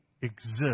exist